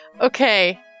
Okay